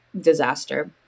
disaster